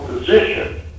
position